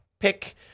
pick